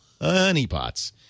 honeypots